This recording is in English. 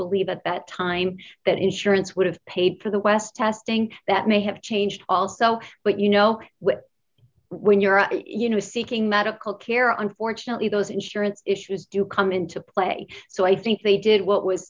believe at that time that insurance would have paid for the west testing that may have changed also but you know when you're a you know seeking medical care unfortunately those insurance issues do come into play so i think they did what w